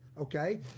okay